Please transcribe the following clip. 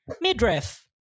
Midriff